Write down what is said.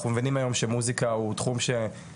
אנחנו למדים היום שמוסיקה הוא תחום שדרך